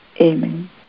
Amen